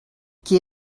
què